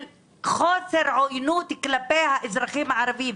של חוסר עוינות כלפי האזרחים הערבים.